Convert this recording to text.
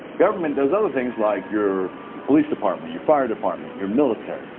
government does other things like your police departments, your fire departments, your military.